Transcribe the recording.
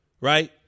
right